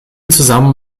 zusammen